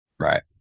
Right